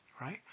right